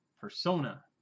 Persona